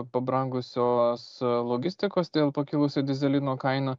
pabrangusios logistikos dėl pakilusio dyzelino kaina